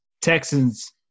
Texans